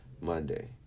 Monday